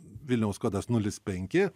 vilniaus kodas nulis penki